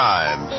Time